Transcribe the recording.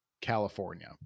California